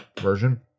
version